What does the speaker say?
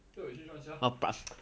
where got this one sia